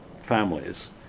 families